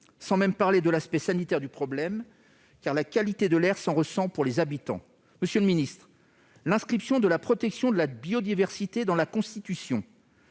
parle même pas de l'aspect sanitaire du problème, car la qualité de l'air s'en ressent pour les habitants. L'inscription de la protection de la biodiversité dans la Constitution